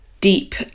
deep